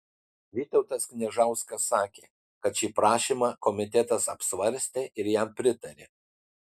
vytautas kniežauskas sakė kad šį prašymą komitetas apsvarstė ir jam pritarė